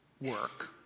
work